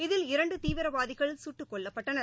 இதில் இரண்டுதீவிரவாதிகள் சுட்டுக்கொல்லப்பட்டனர்